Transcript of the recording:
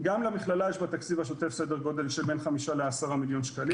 גם למכללה יש בתקציב השוטף סדר גודל שבין חמישה לעשרה מיליון שקלים.